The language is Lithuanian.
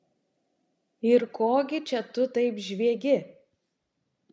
ir ko gi čia tu taip žviegi